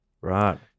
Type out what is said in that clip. Right